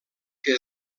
que